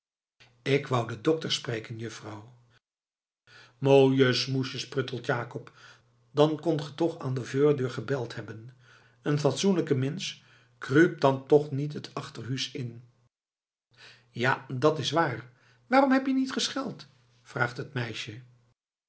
ik wou den dokter spreken juffrouw mooi smoesje pruttelt jacob dan kost ge toch oan de veurdeur gebeld hebben een fatsoenleke mins kruupt toch niet t achterhuus in ja dat is waar waarom heb je niet gescheld vraagt het meisje